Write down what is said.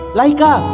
Laika